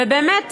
ובאמת,